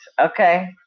okay